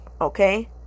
okay